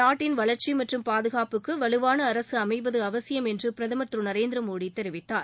நாட்டின் வளர்ச்சி மற்றும் பாதுகாப்புக்கு வலுவான அரசு அமைவது அவசியம் என்று பிரதமர் திரு நரேந்திர மோடி தெரிவித்துள்ளார்